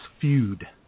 feud